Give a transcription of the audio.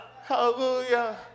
Hallelujah